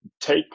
take